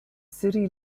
city